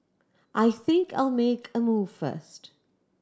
I think I'll make a move first